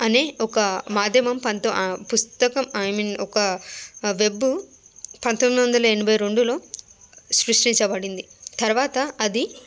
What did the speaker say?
అనే ఒక మాధ్యమం పంతో పుస్తకం ఐ మీన్ ఒక వెబ్ పంతొమ్మిది వందల ఎనభై రెండులో సృష్టించబడింది తరువాత అది